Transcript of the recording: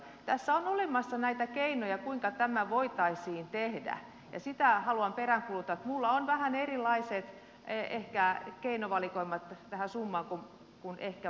tässä on olemassa keinoja kuinka tämä voitaisiin tehdä ja sitä haluan peräänkuuluttaa että minulla on ehkä vähän erilaiset keinovalikoimat tähän summaan kuin muilla